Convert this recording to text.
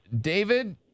David